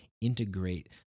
integrate